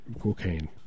cocaine